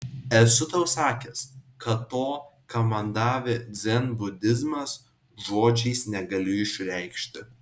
esu tau sakęs kad to ką man davė dzenbudizmas žodžiais negaliu išreikšti